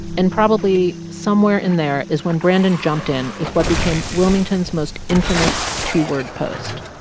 and probably somewhere in there is when brandon jumped in with what became wilmington's most infamous two-word post,